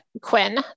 Quinn